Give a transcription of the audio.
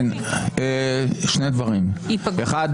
שני דברים: אחד,